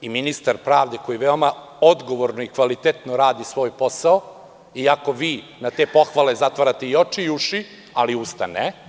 i ministar pravde, koji veoma odgovorno i kvalitetno radi svoj posao, iako vi na te pohvale zatvarate i oči i uši, ali usta ne…